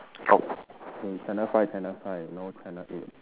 ok~ eh channel five channel five no channel eight